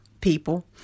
People